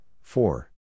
four